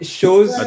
shows